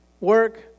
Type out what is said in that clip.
work